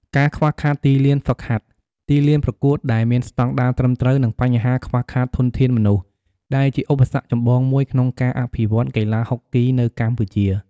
ការខ្វះខាតទីលានហ្វឹកហាត់ ទីលានប្រកួតដែលមានស្ដង់ដារត្រឹមត្រូវ និងបញ្ហាខ្វះខាតធនធានមនុស្ស ដែលជាឧបសគ្គចម្បងមួយក្នុងការអភិវឌ្ឍន៍កីឡាហុកគី នៅកម្ពុជា។